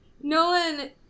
Nolan